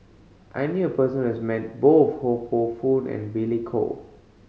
I knew a person who has met both Ho Poh Fun and Billy Koh